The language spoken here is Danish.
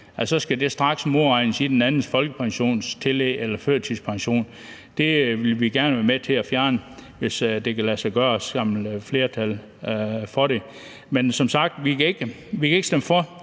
at det straks skal modregnes i den enes folkepensionstillæg eller førtidspension, hvis den anden har en indtægt. Det vil vi gerne være med til at fjerne, hvis det kan lade sig gøre at samle flertal for det. Men som sagt: Vi kan ikke stemme for